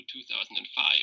2005